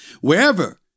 Wherever